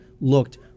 looked